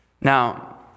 Now